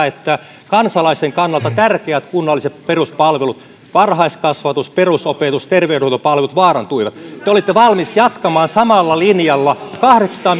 että kansalaisen kannalta tärkeät kunnalliset peruspalvelut varhaiskasvatus perusopetus terveydenhuoltopalvelut vaarantuivat te olitte valmiita jatkamaan samalla linjalla kahdeksansataa